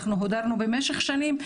אנחנו הודרנו במשך שנים.